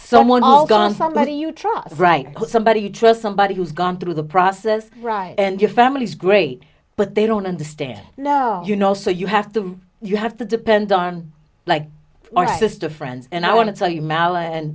someone all gone somebody you trust right somebody you trust somebody who's gone through the process right and your family is great but they don't understand you know so you have to you have to depend on like my sister friends and i want to tell you mal and